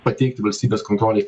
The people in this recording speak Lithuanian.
pateikti valstybės kontrolei